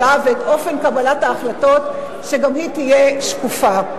ושאופן קבלת ההחלטות גם הוא יהיה שקוף.